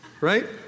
right